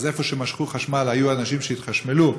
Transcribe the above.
איפה שמשכו חשמל היו אנשים שהתחשמלו,